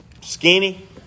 skinny